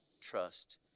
trust